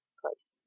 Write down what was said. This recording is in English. place